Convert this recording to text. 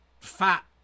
fat